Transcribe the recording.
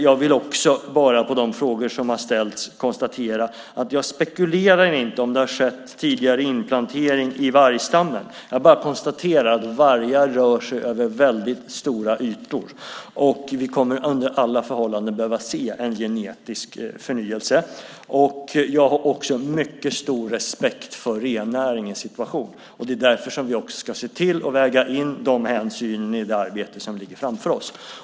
Jag vill också på de frågor som har ställts bara konstatera att jag inte spekulerar i om det har skett tidigare inplantering i vargstammen. Jag konstaterar bara att vargar rör sig över väldigt stora ytor. Vi kommer under alla förhållanden att behöva se en genetisk förnyelse. Jag har mycket stor respekt även för rennäringens situation. Därför ska vi väga in de hänsynen i det arbete som ligger framför oss.